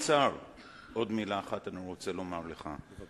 אני רוצה לומר לך עוד מלה.